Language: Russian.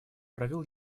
провел